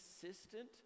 consistent